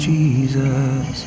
Jesus